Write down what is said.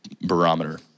barometer